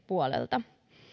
puolelta